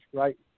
right